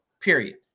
period